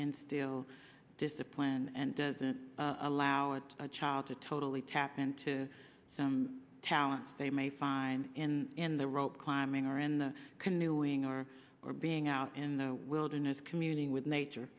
instill discipline and doesn't allow it a child to totally tap into some talents they may find in in the rope climbing or in the canoeing or or being out in the wilderness communing with nature